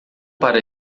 para